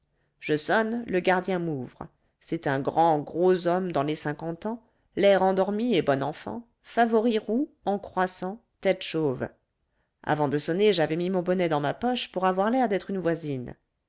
je sonne le gardien m'ouvre c'est un grand gros homme dans les cinquante ans l'air endormi et bon enfant favoris roux en croissant tête chauve avant de sonner j'avais mis mon bonnet dans ma poche pour avoir l'air d'être une voisine